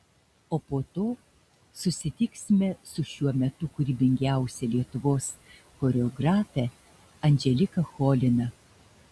o po to susitiksime su šiuo metu kūrybingiausia lietuvos choreografe andželika cholina